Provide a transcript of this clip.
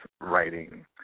writing